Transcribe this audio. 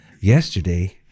yesterday